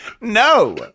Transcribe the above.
No